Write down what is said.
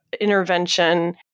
intervention